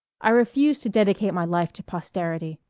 i refuse to dedicate my life to posterity.